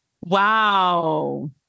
Wow